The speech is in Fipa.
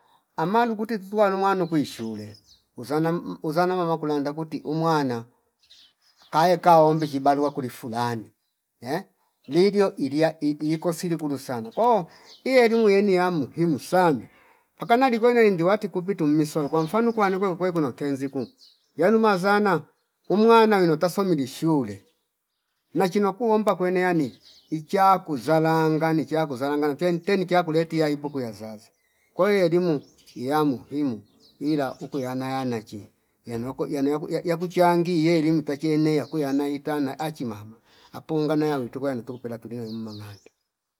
Ama nukuti tutu luwamuwa nukwi shule muzana uzana mama kulonda kuti umwana aya kaombi chibalua kuli fulani ehh livyo ilia ii- iikosile kulu sana ko ielimu yene ya muhimu sana pakan likwene wendi wati kupiti misona kwa mfanu kwanu kwekwe kuno tenzi ku yalu mazana umwana wino tasomile shule nachino kuomba kwene yani ichakuzalanga ni chakuzalanga nate teni chakulia tia ipo kuyazaza kwahio elimu iya muhimu ila ukuyana yanachi yano yako yanoyako yakuchangi elimu tachiene yaku yana itana achi mama apungano yawitujo yanituko pela tulio mmamange